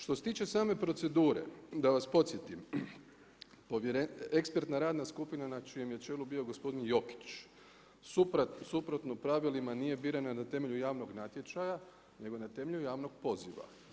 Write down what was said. Što se tiče same procedure, da vas podsjetim, ekspertna radna skupina na čijem je čelu bio gospodin Jokić suprotno pravilima nije biran na temelju javnog natječaja nego na temelju javnog poziva.